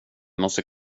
måste